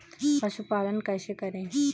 पशुपालन कैसे करें?